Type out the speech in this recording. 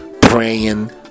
praying